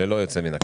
ללא יוצא מן הכלל.